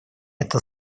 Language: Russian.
это